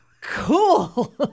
Cool